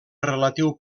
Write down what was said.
relatiu